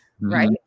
right